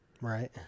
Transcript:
right